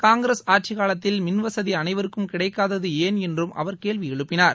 காங்கிரஸ் ஆட்சிகாலத்தில் மின்வசதி அனைவருக்கும் கிடைக்காதது ஏன் என்றும் அவர் கேள்வி எழுப்பினார்